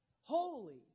Holy